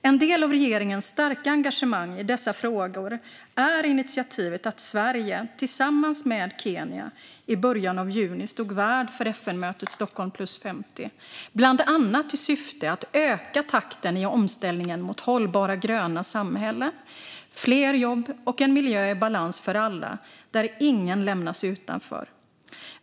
En del av regeringens starka engagemang i dessa frågor är initiativet att Sverige, tillsammans med Kenya, i början av juni stod värd för FN-mötet Stockholm + 50 bland annat i syfte att öka takten i omställningen mot hållbara och gröna samhällen, fler jobb och en miljö i balans för alla där ingen lämnas utanför.